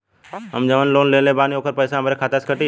हम जवन लोन लेले बानी होकर पैसा हमरे खाते से कटी?